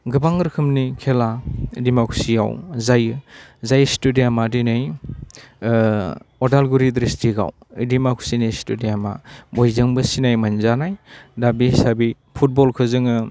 गोबां रोखोमनि खेला दिमाकुसियाव जायो जाय स्टेडियामा दिनै अदालगुरि ड्रिस्टिगआव दिमाकुसिनि स्टेडियामा बयजोंबो सिनायमोनजानाय दा बे हिसाबै फुटबलखौ जोङो